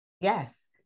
Yes